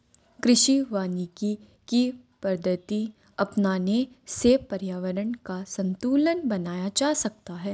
कृषि वानिकी की पद्धति अपनाने से पर्यावरण का संतूलन बनाया जा सकता है